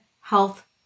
health